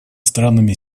странами